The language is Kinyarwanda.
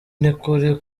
n’ukuri